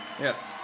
Yes